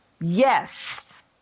yes